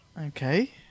Okay